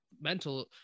mental